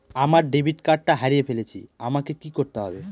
আমার ডেবিট কার্ডটা হারিয়ে ফেলেছি আমাকে কি করতে হবে?